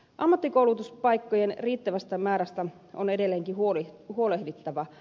ammattikoulutupaikkojen riittävästä määrästä on edelleenkin huolehdittava